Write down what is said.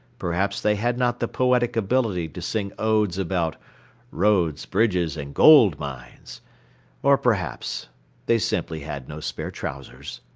perhaps they had not the poetic ability to sing odes about roads, bridges and gold mines or perhaps they simply had no spare trousers.